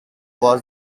was